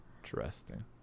interesting